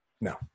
No